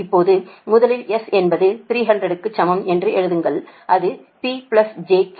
இப்போது முதலில் S என்பது 300 க்கு சமம் என்று எழுதுங்கள் அது P j Q